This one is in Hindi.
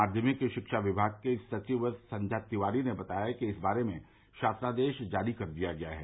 माध्यमिक शिक्षा विभाग की सचिव संध्या तिवारी ने बताया कि इस बारे में शासनादेश जारी कर दिया है